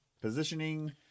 positioning